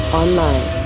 online